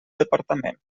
departament